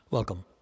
Welcome